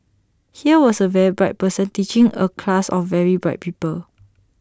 here was A very bright person teaching A class of very bright people